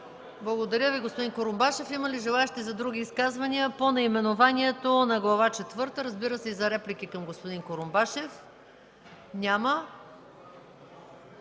Благодаря Ви, господин Курумбашев. Има ли желаещи за други изказвания по наименованието на Глава четвърта, разбира се, и за реплики към господин Курумбашев?